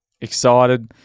Excited